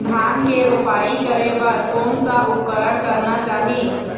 धान के रोपाई करे बर कोन सा उपकरण करना चाही?